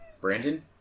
Brandon